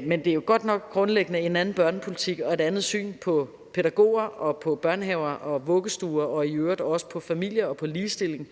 men det er jo godt nok grundlæggende en anden børnepolitik og et andet syn på pædagoger og på børnehaver og vuggestuer og i øvrigt også på familie og på ligestilling,